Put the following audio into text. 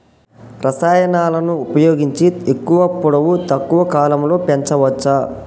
రసాయనాలను ఉపయోగించి ఎక్కువ పొడవు తక్కువ కాలంలో పెంచవచ్చా?